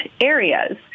areas